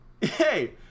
Hey